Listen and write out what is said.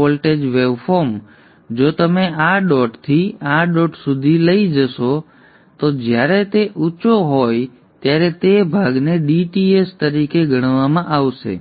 તેથી pole voltage waveform જો તમે આ ડોટથી આ ડોટ સુધી લઈ જશો તો જ્યારે તે ઊંચો હોય ત્યારે તે ભાગને dTs તરીકે ગણવામાં આવશે